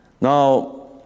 Now